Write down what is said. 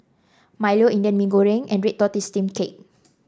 Milo Indian Mee Goreng and Red Tortoise Steamed Cake